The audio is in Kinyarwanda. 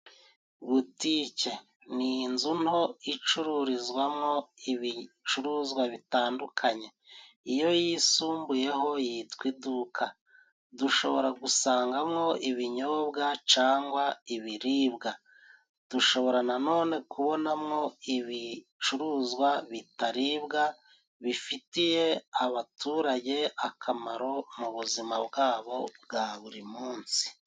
Butike ni inzu nto icururizwamo ibicuruzwa bitandukanye iyo yisumbuyeho yitwa iduka, dushobora gusangamo ibinyobwa cyangwa ibiribwa, dushobora na none kubonamo ibicuruzwa bitaribwa bifitiye abaturage akamaro mu buzima bwabo bwa buri munsi.